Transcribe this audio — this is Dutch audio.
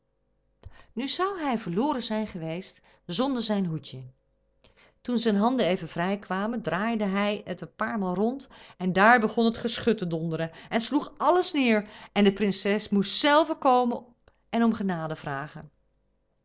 nu zou hij verloren zijn geweest zonder zijn hoedje toen zijn handen even vrij kwamen draaide hij het een paar maal rond en daar begon het geschut te donderen en sloeg alles neêr en de prinses moest zelve komen en om genade vragen